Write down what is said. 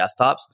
desktops